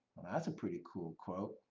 that's a pretty cool quote,